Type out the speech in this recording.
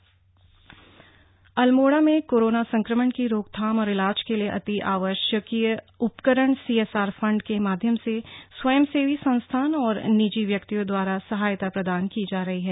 अल्मोडा अल्मोड़ा में कोरोना संक्रमण की रोकथाम और ईलाज के लिए अति आवश्यकीय उपकरण सीएसआर फण्ड के माध्यम से स्वयंसेवी संस्था और निजी व्यक्तियों द्वारा सहायता प्रदान की जा रही हैं